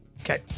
Okay